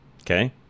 okay